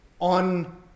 on